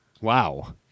Wow